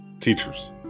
Teachers